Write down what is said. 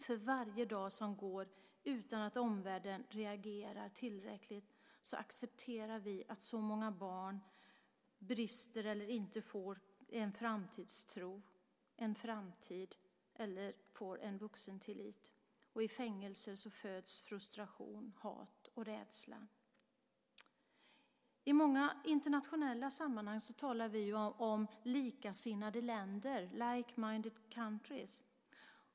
För varje dag som går utan att omvärlden reagerar tillräckligt accepterar vi att så många barn inte får en framtidstro, en framtid eller en vuxentillit. I fängelse föds frustration, hat och rädsla. I många internationella sammanhang talar vi om likasinnade länder, like-minded countries .